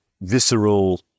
visceral